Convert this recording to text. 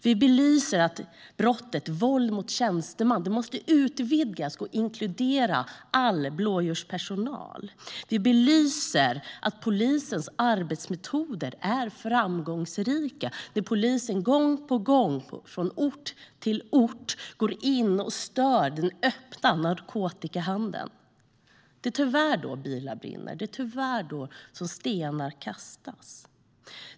Vi belyser att brottet våld mot tjänsteman måste utvidgas och inkludera all blåljuspersonal. Vi belyser att polisens arbetsmetoder är framgångsrika, där polisen gång på gång, från ort till ort, går in och stör den öppna narkotikahandeln. Det är tyvärr då bilar brinner. Det är tyvärr då som stenar kastas.